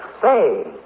Say